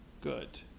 good